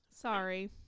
Sorry